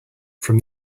from